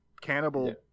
cannibal